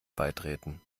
beitreten